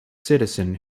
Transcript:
citizen